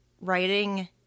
writing